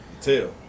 Tell